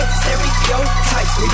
stereotypes